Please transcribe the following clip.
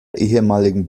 ehemaligen